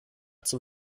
zum